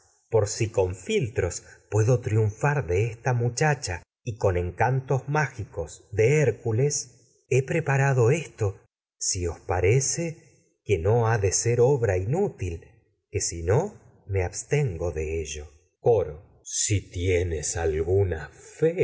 mas si con filtros puedo triunfar de e ta chacha y con encantos mágicos de hércules he prepalas traquínias rado si esto si me os parece que no lia de ser obra inútil que no abstengo de ello si tienes coro alguna